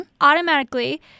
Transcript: automatically